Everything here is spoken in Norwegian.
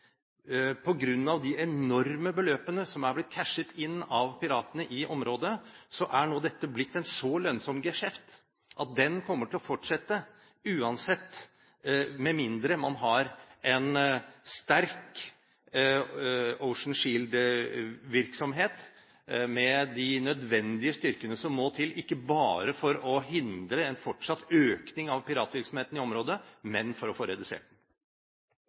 av de enorme beløpene som er blitt cashet inn av piratene i området, er dette nå blitt en så lønnsom geskjeft at den kommer til å fortsette uansett, med mindre man har en sterk Ocean Shield-virksomhet med de nødvendige styrkene som må til, ikke bare for å hindre en fortsatt økning av piratvirksomheten i området, men for å få redusert den.